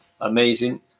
amazing